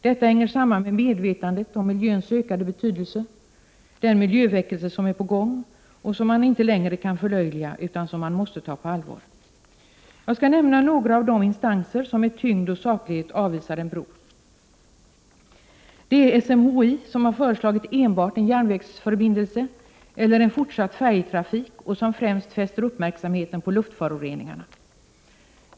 Detta hänger samman med medvetandet om miljöns ökade betydelse, den miljöväckelse som är på gång och som inte längre kan förlöjligas utan måste tas på allvar. Jag skall nämna några av de instanser som med tyngd och saklighet avvisar förslaget om en bro. Det är SMHI, som har föreslagit enbart en järnvägsförbindelse eller en fortsatt färjetrafik och som främst fäster uppmärksamheten på luftföroreningarna.